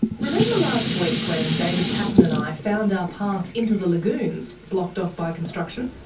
remember last week when david paton and i found our path into the lagoons blocked off by construction?